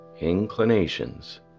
inclinations